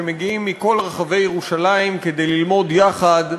שמגיעים מכל רחבי ירושלים כדי ללמוד יחד,